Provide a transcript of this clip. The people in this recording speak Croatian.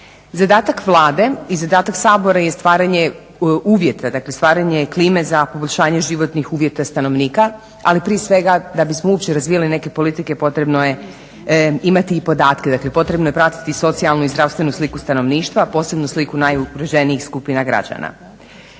Zadatak Vlade i zadatak Sabora jest stvaranje uvjeta, dakle stvaranje klime za poboljšanje životnih uvjeta stanovnika ali prije svega da bismo uopće razvijali neke politike potrebno je imati i podatke. Dakle, potrebno je pratiti socijalnu i zdravstvenu sliku stanovništva, posebno sliku najugroženijih skupina građana.